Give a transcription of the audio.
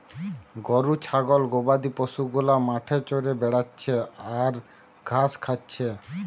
গরু ছাগল গবাদি পশু গুলা মাঠে চরে বেড়াচ্ছে আর ঘাস খাচ্ছে